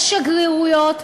יש שגרירויות,